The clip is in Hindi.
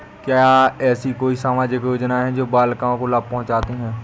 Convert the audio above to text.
क्या ऐसी कोई सामाजिक योजनाएँ हैं जो बालिकाओं को लाभ पहुँचाती हैं?